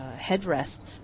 headrest